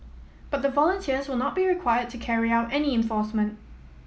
but the volunteers will not be required to carry out any enforcement